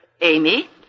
Amy